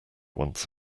once